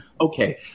Okay